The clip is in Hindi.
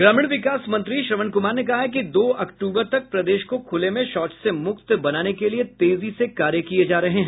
ग्रामीण विकास मंत्री श्रवण कुमार ने कहा है कि दो अक्टूबर तक प्रदेश को खूले में शौच से मुक्त बनाने के लिए तेजी से कार्य किए जा रहे हैं